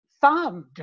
thumbed